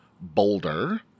Boulder